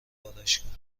آرایشگاه